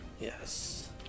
Yes